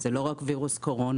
זה לא רק וירוס קורונה,